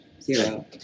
Zero